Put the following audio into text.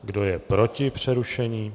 Kdo je proti přerušení?